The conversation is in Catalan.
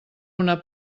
una